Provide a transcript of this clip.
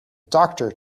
doctor